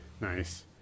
Nice